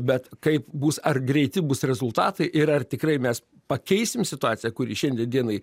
bet kaip bus ar greiti bus rezultatai ir ar tikrai mes pakeisim situaciją kuri šiandia dienai